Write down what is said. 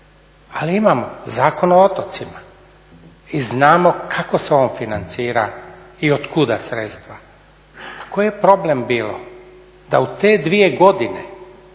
Ali imam Zakon o otocima i znamo kako se on financira i od kuda sredstva. A koji je problem bilo da u te dvije godine,